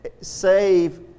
save